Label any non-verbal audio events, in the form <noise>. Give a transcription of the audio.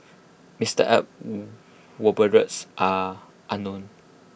Mister Aye's <hesitation> whereabouts are unknown